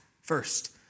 first